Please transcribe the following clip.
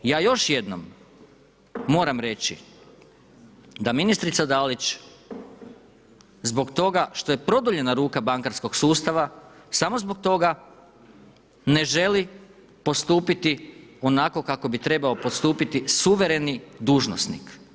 Ja još jednom moram reći da ministrica Dalić zbog toga što je produljena ruka bankarskog sustava samo zbog toga ne želi postupiti onako kako bi trebao postupiti suvereni dužnosnik.